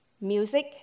music